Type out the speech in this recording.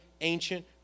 ancient